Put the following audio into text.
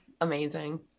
amazing